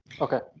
Okay